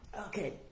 Okay